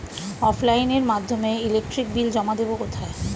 অফলাইনে এর মাধ্যমে ইলেকট্রিক বিল জমা দেবো কোথায়?